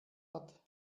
hat